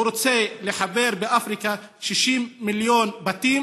רוצה לחבר באפריקה 60 מיליון בתים,